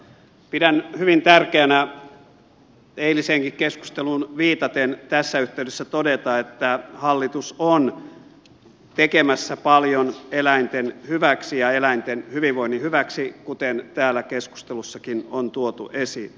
pidän hyvin tärkeänä eiliseenkin keskusteluun viitaten tässä yhteydessä todeta että hallitus on tekemässä paljon eläinten hyväksi ja eläinten hyvinvoinnin hyväksi kuten täällä keskustelussakin on tuotu esiin